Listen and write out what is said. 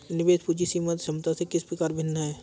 निवेश पूंजी सीमांत क्षमता से किस प्रकार भिन्न है?